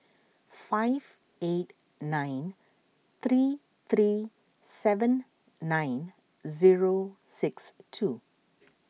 five eight nine three three seven nine zero six two